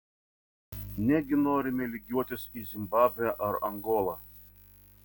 negi norime lygiuotis į zimbabvę ar angolą